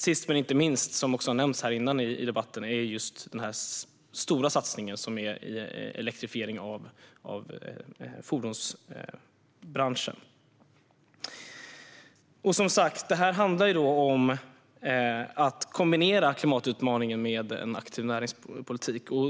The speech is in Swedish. Sist men inte minst har vi den stora satsning som också nämnts tidigare i debatten, elektrifiering av fordonsbranschen. Detta handlar som sagt om att kombinera klimatutmaningen med en aktiv näringspolitik.